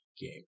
game